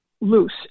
loose